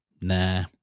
nah